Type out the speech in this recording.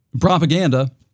propaganda